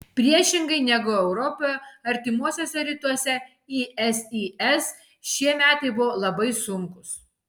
priešingai negu europoje artimuosiuose rytuose isis šie metai buvo labai sunkūs